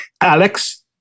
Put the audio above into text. Alex